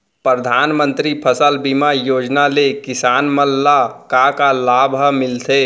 परधानमंतरी फसल बीमा योजना ले किसान मन ला का का लाभ ह मिलथे?